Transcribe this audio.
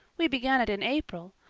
we began it in april.